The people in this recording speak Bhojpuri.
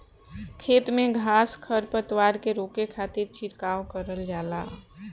खेत में घास खर पतवार के रोके खातिर छिड़काव करल जाला